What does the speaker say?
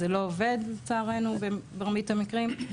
זה לא עובד לצערנו במרבית המקרים,